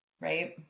right